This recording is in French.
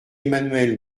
emmanuel